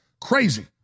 crazy